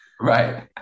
Right